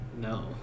No